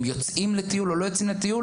הם יוצאים לטיול או לא יוצאים לטיול?